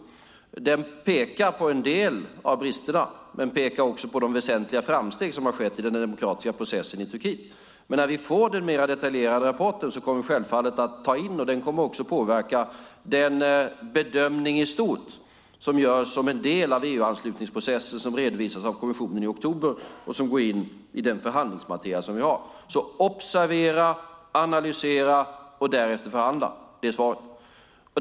Den pekar på en del av bristerna. Den pekar också på de väsentliga framsteg som har skett i den demokratiska processen i Turkiet. Men när vi får den mer detaljerade rapporten kommer vi självfallet att ta in den. Den kommer också att påverka den bedömning i stort som görs som en del av EU-anslutningsprocessen som redovisas av kommissionen i oktober och som går in i den förhandlingsmateria som vi har. Observera, analysera och därefter förhandla! Det är svaret.